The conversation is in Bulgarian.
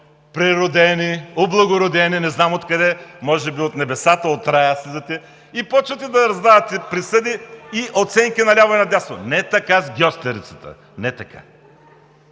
преродени, облагородени, не знам откъде, може би от небесата, от рая слизате, и почвате да раздавате присъди и оценки на ляво, и на дясно. Не така с гьостерицата! Не така!